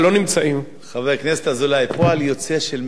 חבר הכנסת אזולאי, פועל יוצא של ממשלה רחבה